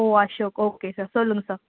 ஓ Ashok okay sir சொல்லுங்க sir